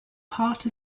part